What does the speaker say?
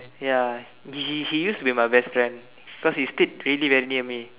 ya he he used to be my best friend because he stayed really very near me